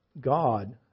God